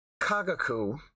Kagaku